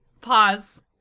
pause